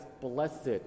blessed